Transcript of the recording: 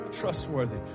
Trustworthy